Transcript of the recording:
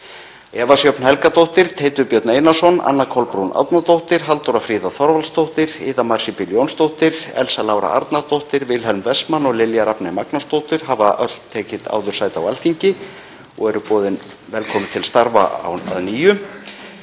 Eva Sjöfn Helgadóttir, Teitur Björn Einarsson, Anna Kolbrún Árnadóttir, Halldóra Fríða Þorvaldsdóttir, Iða Marsibil Jónsdóttir, Elsa Lára Arnardóttir, Wilhelm Wessman og Lilja Rafney Magnúsdóttir hafa áður tekið sæti á Alþingi og eru boðin velkomin til starfa að nýju.